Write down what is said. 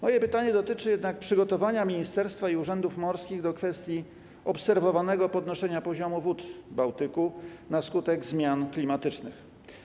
Moje pytanie dotyczy jednak przygotowania ministerstwa i urzędów morskich do kwestii obserwowanego podnoszenia poziomu wód Bałtyku na skutek zmian klimatycznych.